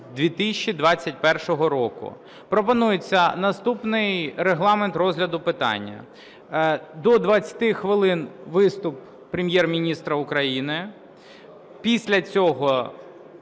2021 року. Пропонується наступний регламент розгляду питання. До 20 хвилин – виступ Прем'єр-міністра України. Після цього